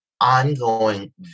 ongoing